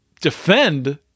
defend